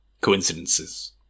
coincidences